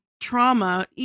trauma